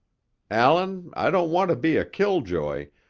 allan, i don't want to be a killjoy,